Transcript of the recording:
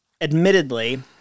admittedly